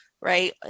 right